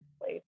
place